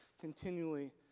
continually